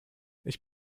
ich